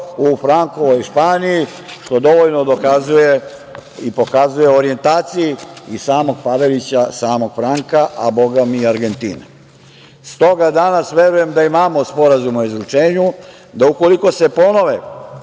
u Frankovoj Španiji, što dovoljno dokazuje i pokazuje o orjentaciji i samog Pavelića, samog Franka, a, Boga mi, i Argentinu. Stoga, danas verujem da imamo Sporazum o izručenju, da ukoliko se ponove